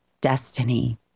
destiny